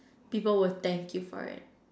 people will thank you for it